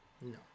no